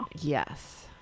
Yes